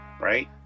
right